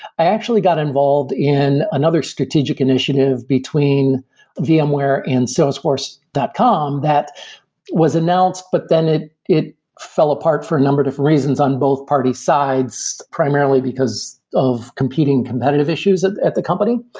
i actually got involved in another strategic initiative between vmware and salesforce dot com that was announced, but then it it fell apart for a number of different reasons on both parties sides primarily because of competing competitive issues at at the company.